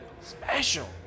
Special